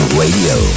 Radio